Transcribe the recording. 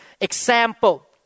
Example